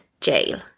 jail